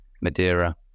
Madeira